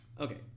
Okay